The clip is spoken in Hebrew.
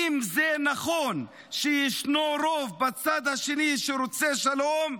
אם זה נכון שישנו רוב בצד השני שרוצה שלום,